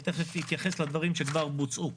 מיד אתייחס לדברים שכבר בוצעו.